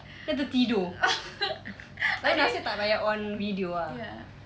then tertidur but nasib tak payah on video ah